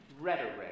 rhetoric